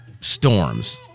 storms